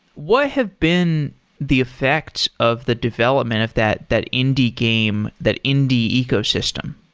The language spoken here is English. what have been the effects of the development of that that indie game, that indie ecosystem?